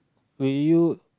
will you